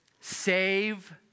save